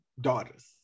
daughters